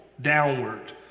downward